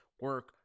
Work